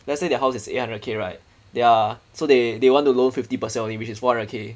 let's say their house is eight hundred K right their so they they want to loan fifty percent of it which is one hundred K